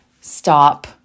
Stop